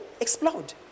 explode